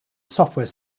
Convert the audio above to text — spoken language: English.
software